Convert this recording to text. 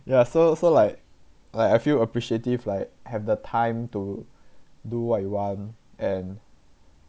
ya so so like like I feel appreciative like have the time to do what you want and